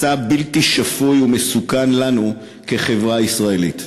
מסע בלתי שפוי ומסוכן לנו כחברה ישראלית.